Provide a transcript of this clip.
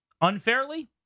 Unfairly